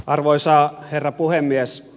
arvoisa herra puhemies